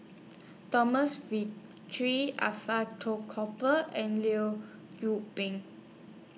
Thomas V three Alfred Cooper and Liu Pin